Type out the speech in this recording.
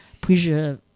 puis-je